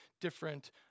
different